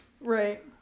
right